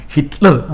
Hitler